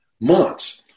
months